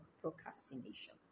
procrastination